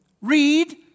Read